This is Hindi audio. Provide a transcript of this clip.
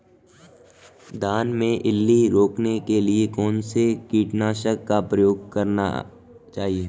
धान में इल्ली रोकने के लिए कौनसे कीटनाशक का प्रयोग करना चाहिए?